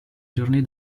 giorni